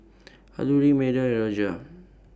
Alluri Medha and Raja